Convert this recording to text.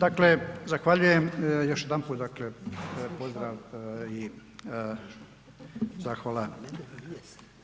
Dakle, zahvaljujem još jedanput dakle pozdrav i zahvala